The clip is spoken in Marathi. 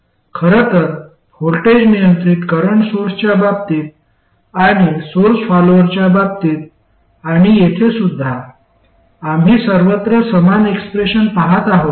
खरं तर व्होल्टेज नियंत्रित करंट सोर्सच्या बाबतीत आणि सोर्स फॉलोअरच्या बाबतीत आणि येथे सुद्धा आम्ही सर्वत्र समान एक्सप्रेशन पहात आहोत